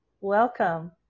Welcome